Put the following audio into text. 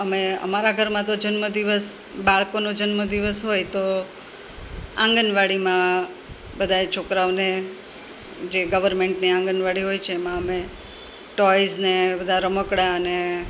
અમે અમારા ઘરમાં તો જન્મદિવસ બાળકોનો જન્મદિવસ હોય તો આગણવાડીમાં બધાંય છોકરાઓને જે ગવર્નમેંટ ને આગણવાડી હોય છે એમાં અમે ટોયસ ને બધાં રમકડાં અને